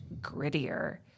grittier